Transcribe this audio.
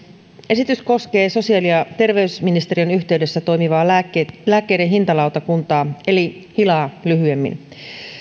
esitys koskee sosiaali ja terveysministeriön yhteydessä toimivaa lääkkeiden lääkkeiden hintalautakuntaa eli lyhyemmin hilaa